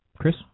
Chris